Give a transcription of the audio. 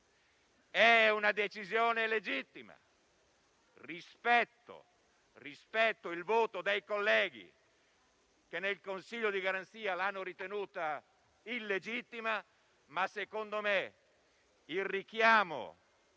era e rimane legittima. Rispetto il voto dei colleghi che, nel Consiglio di garanzia, l'hanno ritenuta illegittima, ma, a mio parere, il richiamo